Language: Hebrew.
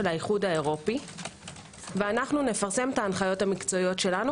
האיחוד האירופי ואנו נפרסם את ההנחיות המקצועיות שלנו.